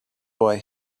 boy